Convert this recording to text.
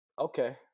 Okay